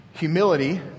Humility